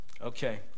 okay